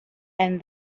and